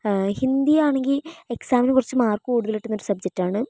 ഹിന്ദി ആണെങ്കിൽ എക്സാമിന് കുറച്ച് മാര്ക്ക് കൂടുതല് കിട്ടുന്ന സബ്ജക്ട് ആണ്